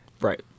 right